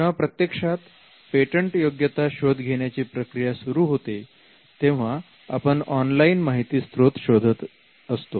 तेव्हा प्रत्यक्षात पेटंटयोग्यता शोध घेण्याची प्रक्रिया सुरू होते तेव्हा आपण ऑनलाईन माहिती स्त्रोत शोधत असतो